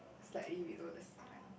slightly below the sea line